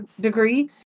degree